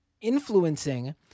influencing